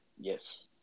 Yes